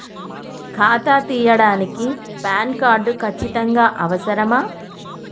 ఖాతా తీయడానికి PAN card ఖచ్చితంగా అవసరమా?